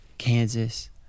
kansas